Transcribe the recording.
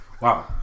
wow